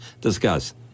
discuss